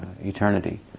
eternity